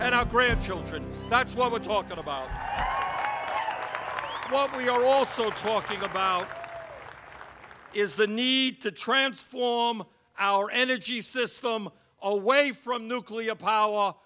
and our grandchildren that's what we're talking about probably also talking about is the need to transform our energy system away from nuclear power